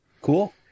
Cool